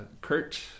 Kurt